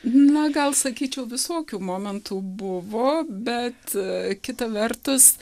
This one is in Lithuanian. nu gal sakyčiau visokių momentų buvo bet kita vertus